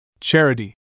Charity